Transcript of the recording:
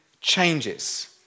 changes